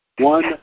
One